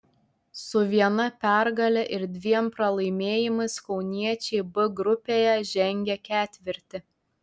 su viena pergale ir dviem pralaimėjimais kauniečiai b grupėje žengia ketvirti